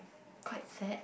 quite sad